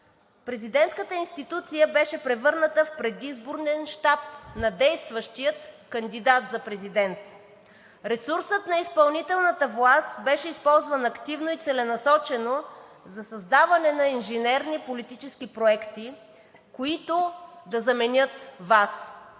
президентската институция беше превърната в предизборен щаб на действащия кандидат за президент. Ресурсът на изпълнителната власт беше използван активно и целенасочено за създаване на инженерни политически проекти, които да заменят Вас